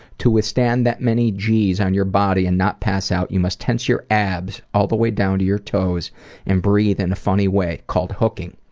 to withstand that many g's on your body and not pass out, you must tense your abs all the way down to your toes and breathe in and a funny way called hooking.